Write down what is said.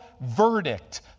verdict